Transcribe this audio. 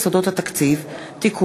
הצעת חוק יסודות התקציב (תיקון,